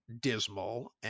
dismal